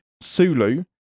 Sulu